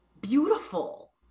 beautiful